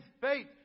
faith